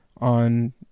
on